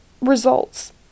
results